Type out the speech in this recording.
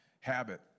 habit